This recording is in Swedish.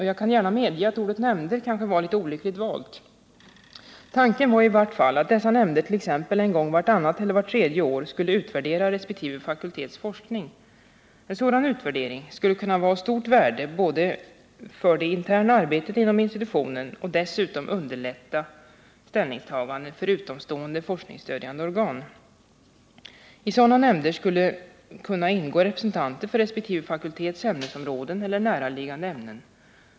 Jag kan gärna medge att ordet nämnder kanske var litet olyckligt valt. Tanken var i varje fall att dessa nämnder t.ex. en gång vartannat eller vart tredje år skulle utvärdera resp. fakultets forskning. En sådan utvärdering skulle kunna vara av stort värde för det interna arbetet inom institutionen och dessutom underlätta ställningstaganden för utomstående forskningsstödjande organ. I sådana nämnder skulle kunna ingå representanter för resp. fakultets ämnesområden eller näraliggande ämnen.